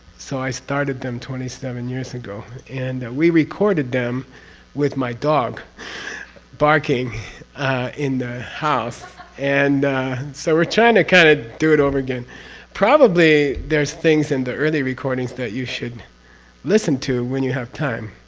so i started them twenty seven years ago and we recorded them with my dog barking in the house and so we're trying to kind of do it over again probably there's things in the early recordings that you should listen to when you have time